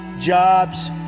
jobs